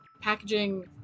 packaging